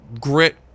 grit